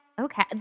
Okay